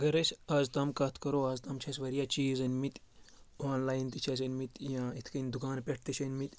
اگر أسۍ آزتام کَتھ کرو آزتام چھِ اَسہِ واریاہ چیٖز أنۍ مٕتۍ آنلایِن تہِ چھِ اَسہِ أنۍ مٕتۍ یاں اِتھ کٔنۍ دُکانَن پؠٹھ تہِ چھِ أنۍ مٕتۍ